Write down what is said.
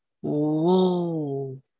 Whoa